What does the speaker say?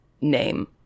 name